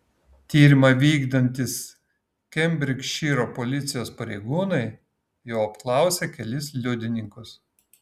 tyrimą vykdantys kembridžšyro policijos pareigūnai jau apklausė kelis liudininkus